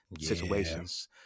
situations